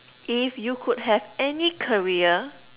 if you could have any career